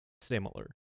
similar